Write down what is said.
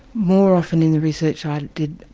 more often in the research i did,